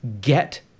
get